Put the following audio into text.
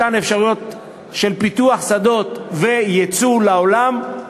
מתן אפשרויות של פיתוח שדות וייצוא לעולם.